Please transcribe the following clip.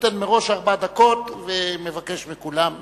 נותן מראש ארבע דקות ומבקש מכולם להקפיד.